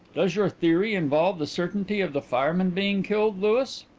does your theory involve the certainty of the fireman being killed, louis?